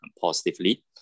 positively